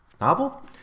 novel